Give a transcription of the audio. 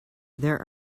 there